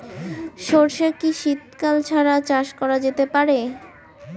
সর্ষে কি শীত কাল ছাড়া চাষ করা যেতে পারে?